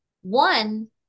one